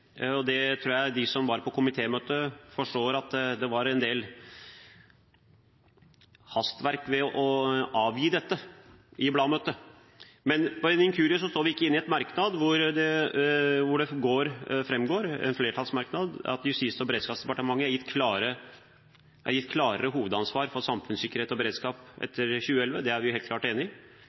i. Jeg tror at de som var på komitémøtet, forstår at det var en del hastverk i blamøtet til komiteen for å avgi denne. Ved en inkurie står vi ikke inne i en flertallsmerknad hvor det framgår at Justis- og beredskapsdepartementet er gitt klarere hovedansvar for samfunnssikkerhet og beredskap etter 2011. Det er vi helt klart enig i.